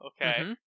Okay